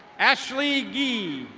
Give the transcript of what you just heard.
ashley yee.